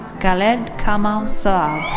khaled kamal saab.